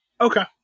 Okay